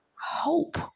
hope